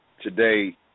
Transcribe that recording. today